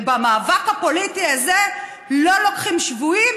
ובמאבק הפוליטי הזה לא לוקחים שבויים,